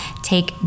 Take